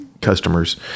customers